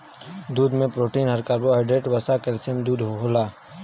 दूध में protein, carbohydrate, वसा, कैल्सियम कुल होला